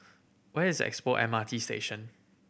where is Expo M R T Station